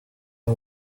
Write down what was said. are